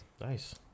Nice